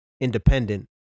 independent